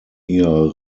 ihrer